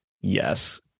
Yes